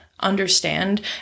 understand